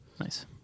Nice